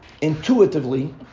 Intuitively